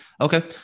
Okay